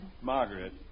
Margaret